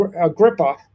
Agrippa